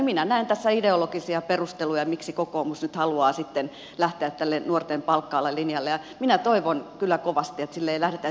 minä näen tässä ideologisia perusteluja miksi kokoomus nyt haluaa sitten lähteä tälle nuorten palkka alelinjalle ja minä toivon kyllä kovasti että sille ei lähdettäisi